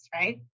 right